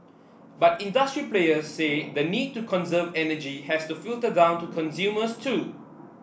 but industry players say the need to conserve energy has to filter down to consumers too